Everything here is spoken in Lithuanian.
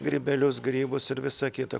grybelius grybus ir visa kita